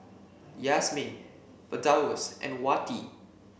Yasmin Firdaus and Wati